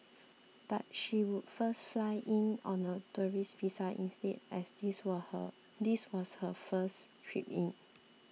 but she would first fly in on a tourist visa instead as this were her this was her first trip in